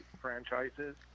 franchises